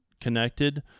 connected